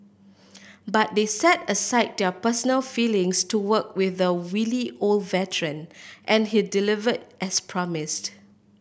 but they set aside their personal feelings to work with the wily old veteran and he delivered as promised